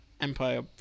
Empire